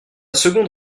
seconde